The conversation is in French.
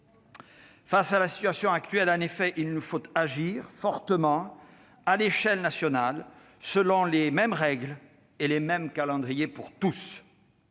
Face à la situation actuelle, il nous faut agir fortement à l'échelle nationale, selon les mêmes règles et les mêmes calendriers pour tous.